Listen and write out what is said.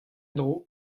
dro